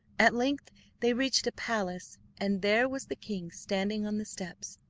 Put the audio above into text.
at length they reached a palace, and there was the king standing on the steps.